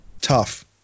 tough